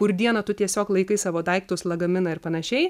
kur dieną tu tiesiog laikai savo daiktus lagaminą ir panašiai